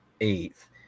Eighth